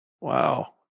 Wow